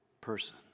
person